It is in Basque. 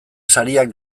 sariak